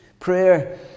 Prayer